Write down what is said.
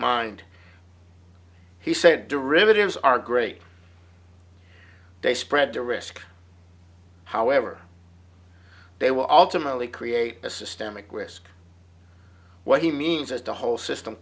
mind he said derivatives are great they spread the risk however they will ultimately create a systemic risk what he means is the whole system